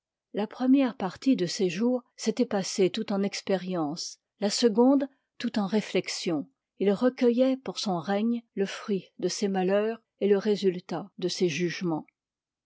la première partie de ses jours s'étoit passée tout en expériences la seconde tout en réflexions il recueilloit pour son règne le fruit de ses malheurs et le résultat de ses jugement